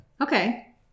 Okay